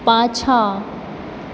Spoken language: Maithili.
पाछाँ